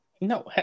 No